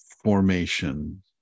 formation